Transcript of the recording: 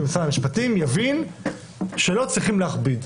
משרד המשפטים יבין שלא צריכים להכביד,